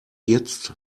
jetzt